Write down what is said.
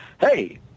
hey